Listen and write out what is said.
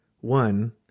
One